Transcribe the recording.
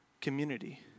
community